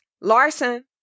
Larson